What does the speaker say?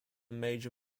major